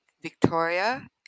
Victoria